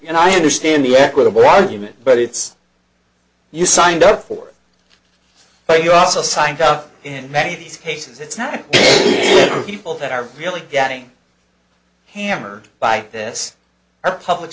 know i understand the equitable argument but it's you signed up for it but you also signed up in many of these cases it's not people that are really getting hammered by this are public